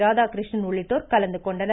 ராதாகிருஷ்ணன் உள்ளிட்டோர் கலந்துகொண்டனர்